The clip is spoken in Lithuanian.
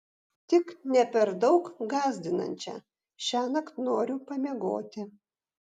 tik ne per daug gąsdinančią šiąnakt noriu pamiegoti